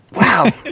Wow